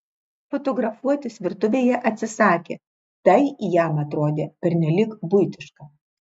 fotografuotis virtuvėje atsisakė tai jam atrodė pernelyg buitiška